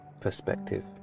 perspective